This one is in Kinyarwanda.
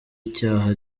icyaha